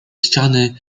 ściany